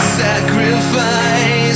sacrifice